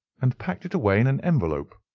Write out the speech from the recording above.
and packed it away in an envelope.